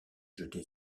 jeté